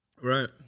Right